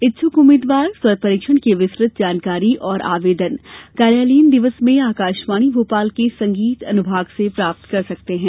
इच्छुक उम्मीदवार स्वर परीक्षण की विस्तृत जानकारी और आवेदन कार्यालयीन दिवस में आकाशवाणी भोपाल के संगीत अनुभाग से प्राप्त कर सकते हैं